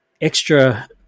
extra